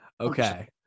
Okay